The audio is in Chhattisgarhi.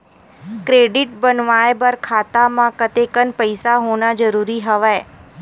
क्रेडिट बनवाय बर खाता म कतेकन पईसा होना जरूरी हवय?